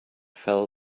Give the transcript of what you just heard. fell